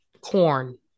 corn